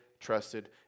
trusted